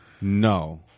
No